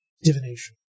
divination